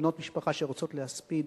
בנות משפחה שרוצות להספיד.